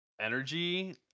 energy